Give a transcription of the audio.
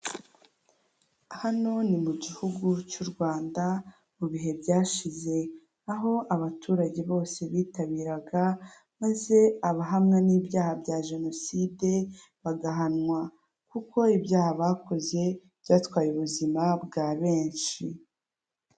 Hano ni mu gihugu cy'u Rwanda mu bihe byashize aho abaturage bose bitabiraga maze abahamwa n'ibyaha bya jenoside bagahanwa, kuko ibyaha bakoze byatwaye ubuzima bwa benshi.